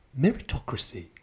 meritocracy